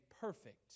perfect